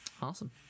awesome